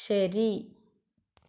ശരി